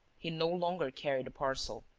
he no longer carried a parcel.